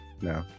no